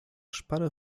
szparę